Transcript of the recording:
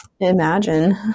Imagine